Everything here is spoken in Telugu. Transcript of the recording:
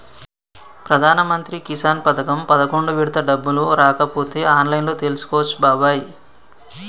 ప్రధానమంత్రి కిసాన్ పథకం పదకొండు విడత డబ్బులు రాకపోతే ఆన్లైన్లో తెలుసుకోవచ్చు బాబాయి